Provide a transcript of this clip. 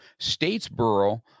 Statesboro